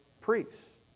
priests